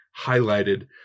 highlighted